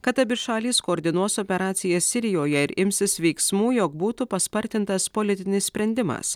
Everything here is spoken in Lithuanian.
kad abi šalys koordinuos operaciją sirijoje ir imsis veiksmų jog būtų paspartintas politinis sprendimas